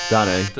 Danny